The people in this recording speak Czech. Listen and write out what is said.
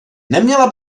neměla